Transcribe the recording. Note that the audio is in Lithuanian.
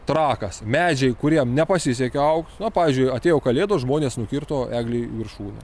trakas medžiai kuriem nepasisekė augt na pavyzdžiui atėjo kalėdos žmonės nukirto eglei viršūnę